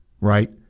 right